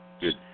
Good